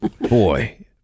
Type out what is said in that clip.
Boy